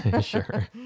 Sure